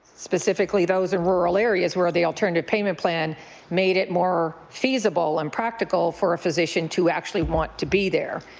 specifically those in rural areas where the alternative payment plan made it more feasible and practical for a physician to actually want to be there,